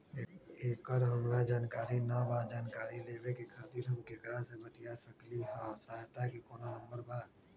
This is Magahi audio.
एकर हमरा जानकारी न बा जानकारी लेवे के खातिर हम केकरा से बातिया सकली ह सहायता के कोनो नंबर बा?